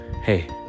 hey